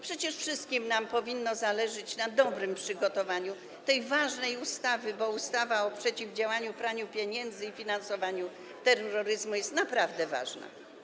Przecież wszystkim nam powinno zależeć na dobrym przygotowaniu tej ważnej ustawy, bo ustawa o przeciwdziałaniu praniu pieniędzy i finansowaniu terroryzmu jest naprawdę ważna.